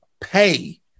pay